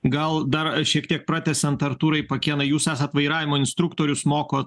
gal dar šiek tiek pratęsiant artūrai pakėnai jūs esat vairavimo instruktorius mokot